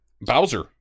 Bowser